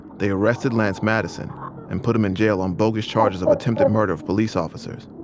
they arrested lance madison and put him in jail on bogus charges of attempted murder of police officers.